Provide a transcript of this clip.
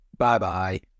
Bye-bye